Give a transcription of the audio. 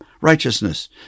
righteousness